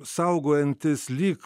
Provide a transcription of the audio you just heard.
saugojantis lyg